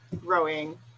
growing